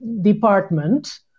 department